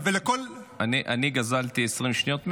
אני גזלתי ממנו 20 שניות,